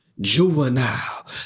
Juvenile